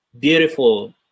beautiful